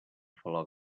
flor